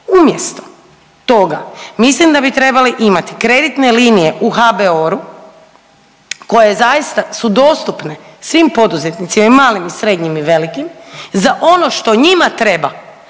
Umjesto toga mislim da bi trebali imati kreditne linije u HBOR-u koje zaista su dostupne svim poduzetnicima, i malim i srednjim i velikim za ono što njima treba,